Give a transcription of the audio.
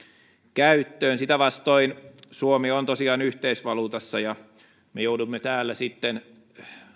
käyttöön sitä vastoin suomi on tosiaan yhteisvaluutassa ja me joudumme täällä sitten